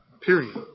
period